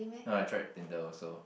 no I tried Tinder also